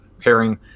pairing